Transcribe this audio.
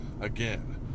again